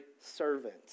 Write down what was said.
servant